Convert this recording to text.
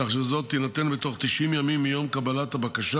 כך שזו תינתן בתוך 90 ימים מיום קבלת הבקשה